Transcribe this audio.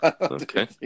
Okay